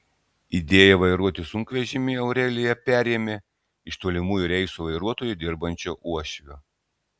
idėją vairuoti sunkvežimį aurelija perėmė iš tolimųjų reisų vairuotoju dirbančio uošvio